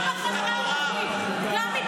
עם כל החקיקה שלכם משהו